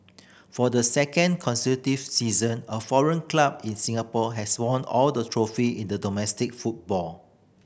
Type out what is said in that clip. for the second consecutive season a foreign club in Singapore has won all trophy in domestic football